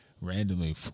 randomly